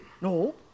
no